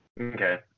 Okay